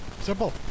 Simple